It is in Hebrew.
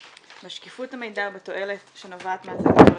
בשקיפות המידע ובתועלת שנובעת מהצגתו לציבור.